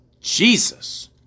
Jesus